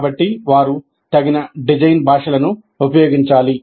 కాబట్టి వారు తగిన డిజైన్ భాషలను ఉపయోగించాలి